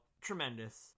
Tremendous